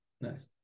nice